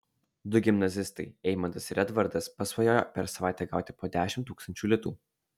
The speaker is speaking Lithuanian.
du gimnazistai eimantas ir edvardas pasvajojo per savaitę gauti po dešimt tūkstančių litų